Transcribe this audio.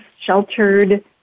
sheltered